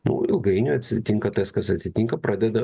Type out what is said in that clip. nu ilgainiui atsitinka tas kas atsitinka pradeda